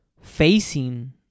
facing